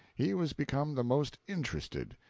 he was become the most interested.